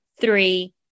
three